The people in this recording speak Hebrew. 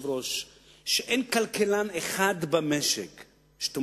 על שוק ההון, ששנה